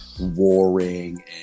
warring